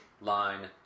line